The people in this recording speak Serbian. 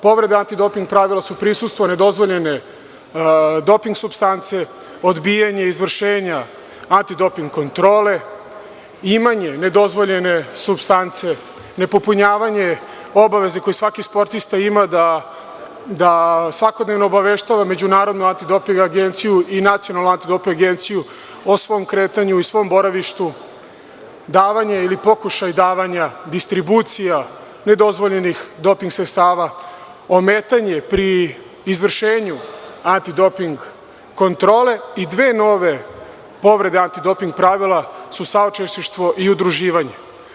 Povreda antidoping pravila su prisustvo nedozvoljene doping supstance, odbijanje izvršenja antidoping kontrole, imanje nedozvoljene supstance, nepopunjavanje obaveze koju svaki sportista ima da svakodnevno obaveštava Međunarodnu antidoping agenciju i Nacionalnu antidoping agenciju o svom kretanju i svom boravištu, davanje ili pokušaj davanja distribucija nedozvoljenih doping sredstava, ometanje pri izvršenju antidoping kontrole i dve nove povrede antidoping pravila su saučesništvo i udruživanje.